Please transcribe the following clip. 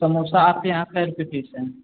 समोसा आपके यहाँ कै रुपये पीस है